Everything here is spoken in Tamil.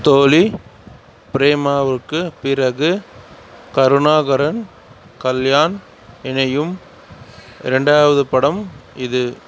தோலி பிரேமாவுக்கு பிறகு கருணாகரன் கல்யாண் இணையும் ரெண்டாவது படம் இது